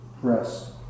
Press